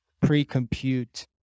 pre-compute